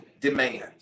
demand